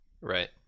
Right